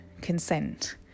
consent